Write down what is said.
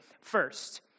First